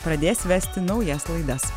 pradės vesti naujas laidas